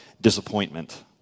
disappointment